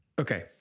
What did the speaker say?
Okay